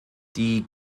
die